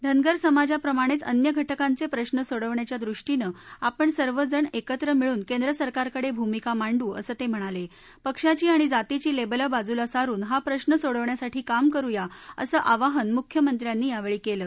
धनगर समाजाप्रमाणद्वअन्य घटकांचप्रिश्र सोडवण्याच्या दृष्टीनं आपण सर्व जण एकत्र मिळून केंद्र सरकारकडच्रिमिका मांडू असं तम्हिणाल पिक्षाची आणि जातीची लक्ष बाजूला सारून हा प्रश्न सोडवण्यासाठी काम करूया असं आवाहन मुख्यमंत्र्यानी यावसी कलि